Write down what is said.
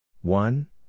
One